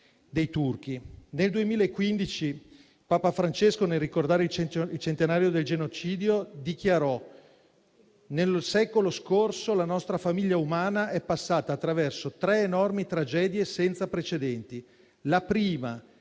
dei turchi. Nel 2015, Papa Francesco, nel ricordare il centenario del genocidio, dichiarò: «Nel secolo scorso la nostra famiglia umana è passata attraverso tre enormi tragedie senza precedenti: la prima,